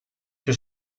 que